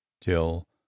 till